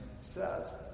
says